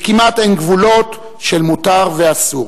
וכמעט אין גבולות של מותר ואסור.